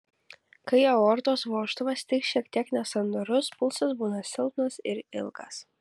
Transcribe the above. kai aortos vožtuvas tik šiek tiek nesandarus pulsas būna silpnas ir ilgas